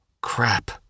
crap